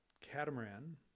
catamaran